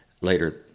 later